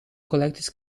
collectors